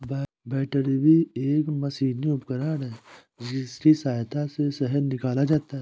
बैटरबी एक मशीनी उपकरण है जिसकी सहायता से शहद निकाला जाता है